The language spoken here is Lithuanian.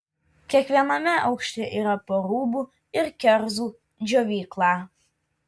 kiekviename aukšte yra po rūbų ir kerzų džiovyklą